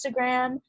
Instagram